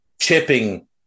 chipping